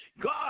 God